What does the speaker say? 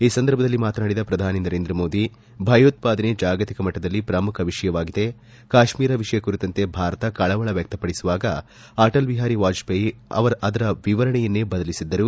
ಈ ಸಂದರ್ಭದಲ್ಲಿ ಮಾತನಾಡಿದ ಪ್ರಧಾನಿ ಮೋದಿ ಭಯೋತ್ವಾದನೆ ಜಾಗತಿಕ ಮಟ್ಲದಲ್ಲಿ ಪ್ರಮುಖ ವಿಷಯವಾಗಿದೆ ಕಾಶ್ಮೀರ ವಿಷಯ ಕುರಿತಂತೆ ಭಾರತ ಕಳವಳ ವ್ಯಕ್ತಪಡಿಸುವಾಗ ಅಟಲ್ ಬಿಹಾರಿ ವಾಜಪೇಯಿ ಅದರ ವಿವರಣೆಯನ್ನೇ ಬದಲಿಸಿದ್ದರು